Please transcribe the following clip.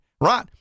right